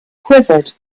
quivered